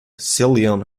ceylon